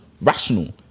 rational